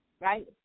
Right